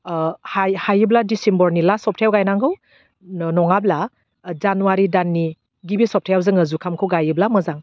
ओह हाय हायोब्ला डिसिम्बरनि लास्ट सप्तायाव गायनांगौ नङाब्ला जानुवारि दाननि गिबि सप्तायाव जोङो जुखामखौ गायोब्ला मोजां